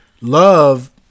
love